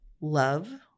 love